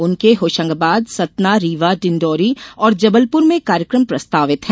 उनके होशंगाबाद सतना रीवा डिंडोरी और जबलपुर में कार्यक्रम प्रस्तावित हैं